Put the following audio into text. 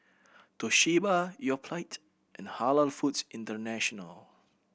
Toshiba Yoplait and Halal Foods International